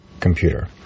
computer